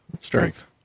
Strength